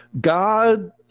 God